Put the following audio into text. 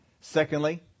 Secondly